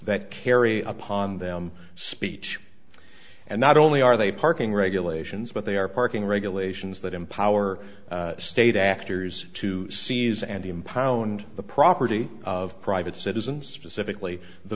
that carry upon them speech and not only are they parking regulations but they are parking regulations that empower state actors to seize and impound the property of private citizens specifically the